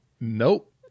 nope